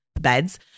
beds